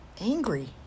angry